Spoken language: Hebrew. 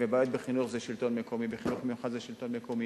ובעיות בחינוך זה שלטון מקומי וחינוך מיוחד זה שלטון מקומי.